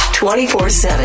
24-7